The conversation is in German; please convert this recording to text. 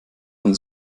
von